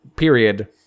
period